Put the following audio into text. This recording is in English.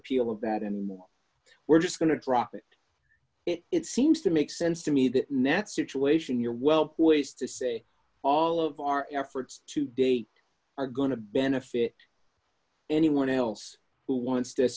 appeal of that and more we're just going to drop it it seems to make sense to me that nat situation your well ways to say all of our efforts to date are going to benefit anyone else who wants to